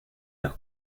los